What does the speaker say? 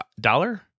dollar